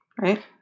right